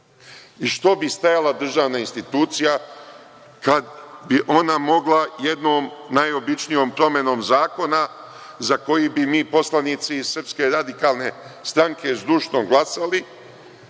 Što bi stajala državna institucija kad bi ona mogla jednom najobičnijom promenom zakona za koji bi mi poslanici iz SRS zdušno glasali,